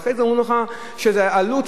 ואחרי זה אומרים לך שזה העלות,